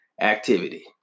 activity